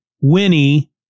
Winnie